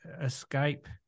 escape